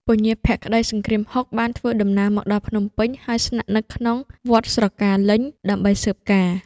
ពញាភក្តីសង្គ្រាមហុក បានធ្វើដំណើរមកដល់ភ្នំពេញ ហើយស្នាក់នៅក្នុង វត្តស្រកាលេញ ដើម្បីស៊ើបការណ៍។